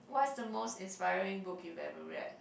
what's the most inspiring book you've ever read